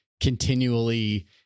continually